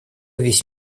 весь